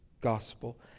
gospel